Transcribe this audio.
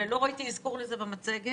ולא ראיתי אזכור לזה במצגת,